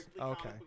Okay